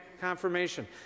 Confirmation